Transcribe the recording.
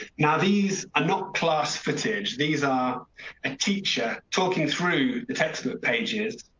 now these are not class footage. these are a teacher talking through the textbook pages,